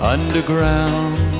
Underground